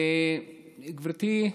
גברתי,